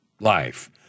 life